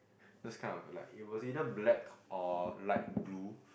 those kind of like it was either black or light blue